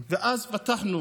ואז פתחנו